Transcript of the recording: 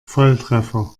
volltreffer